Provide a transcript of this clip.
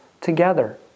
together